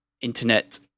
internet